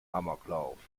amoklauf